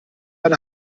eine